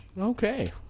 Okay